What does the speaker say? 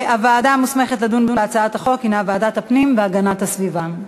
הוועדה המוסמכת לדון בהצעת החוק היא ועדת הפנים והגנת הסביבה.